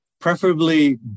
preferably